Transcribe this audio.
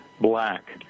black